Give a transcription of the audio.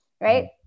right